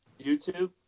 YouTube